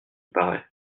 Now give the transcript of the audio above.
paraît